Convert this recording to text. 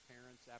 parents